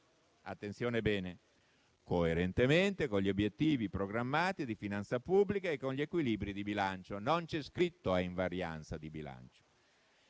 attenzione, coerentemente con gli obiettivi programmati di finanza pubblica e con gli equilibri di bilancio; non c'è scritto a invarianza di bilancio.